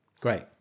great